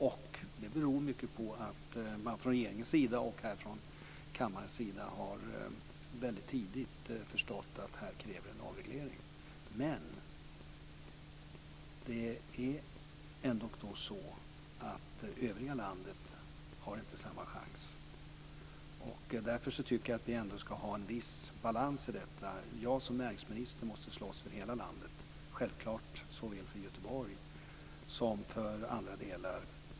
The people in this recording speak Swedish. Och det beror mycket på att man från regeringens sida och från kammarens sida mycket tidigt har förstått att det här kräver en avreglering. Men det är ändock så att övriga landet inte har samma chans. Därför tycker jag att vi ska ha en viss balans. Jag som näringsminister måste slåss för hela landet - självfallet såväl för Göteborg och Västra Götaland som för andra delar.